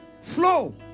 Flow